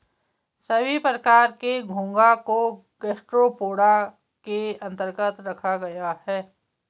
सभी प्रकार के घोंघा को गैस्ट्रोपोडा के अन्तर्गत रखा गया है